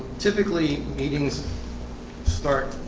typically meetings start,